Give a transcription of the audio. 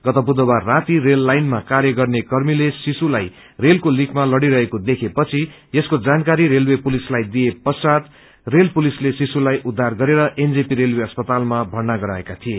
गत बुधबार राति रेल लाईनमा कार्य गर्ने कमीग्ले शिशुलाई रेलको लीकमा लड़िरहेको देखेपछि यसको जानकारी रेलवे पुलिसलाई दिएपछि रेल पुलिसले शिशुलाइ उगरेर एनजेपी रेलवे अस्पतालामा भर्ना गराएका थिए